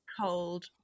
cold